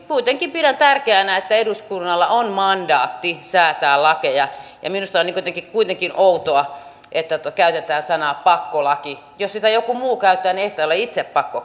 kuitenkin pidän tärkeänä että eduskunnalla on mandaatti säätää lakeja ja minusta on jotenkin kuitenkin outoa että käytetään sanaa pakkolaki jos sitä joku muu käyttää niin ei sitä ole itse pakko